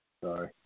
Sorry